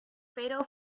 fatal